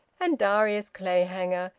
and darius clayhanger,